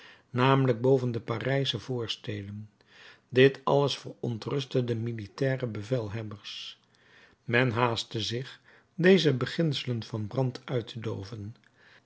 namelijk boven de parijsche voorsteden dit alles verontrustte de militaire bevelhebbers men haastte zich deze beginselen van brand uit te dooven